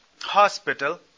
hospital